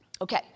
Okay